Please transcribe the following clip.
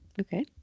Okay